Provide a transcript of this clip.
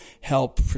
help